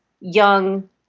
young